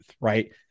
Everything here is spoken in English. right